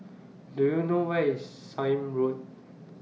Do YOU know Where IS Sime Road